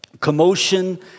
commotion